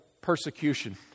persecution